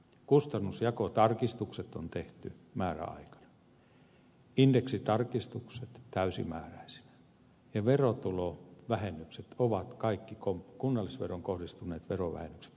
kustannusjakotarkistukset on tehty määräaikaan indeksitarkistukset täysimääräisinä ja kaikki kunnallisveroon kohdistuneet verovähennykset on kompensoitu